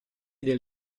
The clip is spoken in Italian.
del